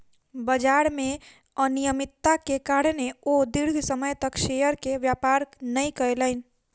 बजार में अनियमित्ता के कारणें ओ दीर्घ समय तक शेयर के व्यापार नै केलैन